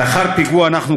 לאחר פיגוע אנחנו,